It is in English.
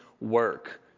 work